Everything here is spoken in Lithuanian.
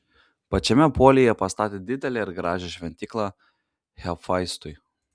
pačiame polyje pastatė didelę ir gražią šventyklą hefaistui